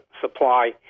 supply